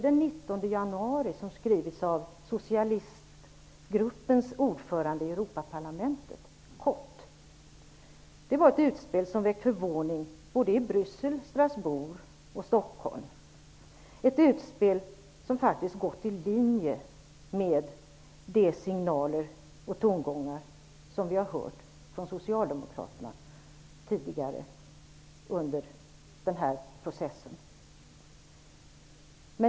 Det var ett utspel som väckte förvåning i såväl Bryssel och Strasbourg som Stockholm, ett utspel som gick i linje med de signaler och tongångar som vi har hört från Socialdemokraterna tidigare under den här processen.